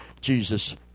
Jesus